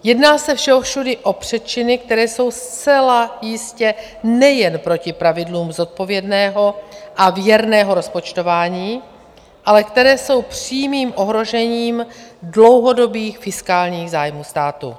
Jedná se všehovšudy o přečiny, které jsou zcela jistě nejen proti pravidlům zodpovědného a věrného rozpočtování, ale které jsou přímým ohrožením dlouhodobých fiskálních zájmů státu.